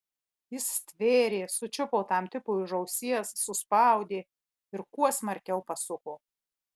jis stvėrė sučiupo tam tipui už ausies suspaudė ir kuo smarkiau pasuko